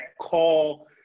call